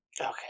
okay